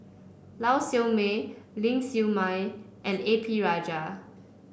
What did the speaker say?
Lau Siew Mei Ling Siew May and A P Rajah